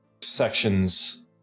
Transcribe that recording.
sections